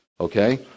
okay